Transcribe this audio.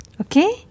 Okay